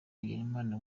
hagenimana